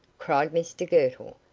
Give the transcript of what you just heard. cried mr girtle.